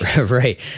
Right